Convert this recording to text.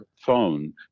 phone